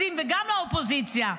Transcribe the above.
וגם חבריי לאופוזיציה,